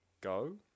go